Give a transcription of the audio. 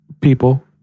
People